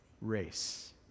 race